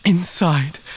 Inside